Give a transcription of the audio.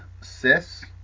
sis